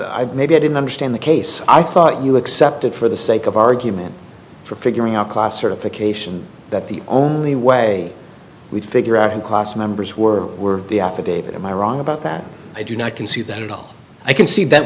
i've maybe i didn't understand the case i thought you accepted for the sake of argument for figuring out cost certification that the only way we'd figure out in class members were were the affidavit am i wrong about that i do not concede that at all i can see that